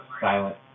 silent